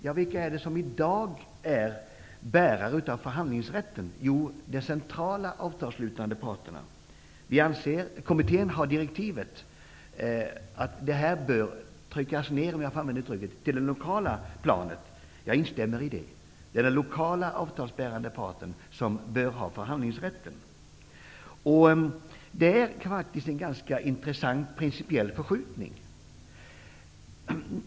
Ja, vilka är det som i dag är bärare av förhandlingsrätten? Jo, de centrala avtalsslutande parterna. Kommittén har direktivet att den rätten bör tryckas ner, om jag får använda det uttrycket, till det lokala planet. Jag instämmer i det. Det är de lokala avtalsbärande parterna som bör ha förhandlingsrätten. Det är faktiskt en ganska intressant principiell förskjutning.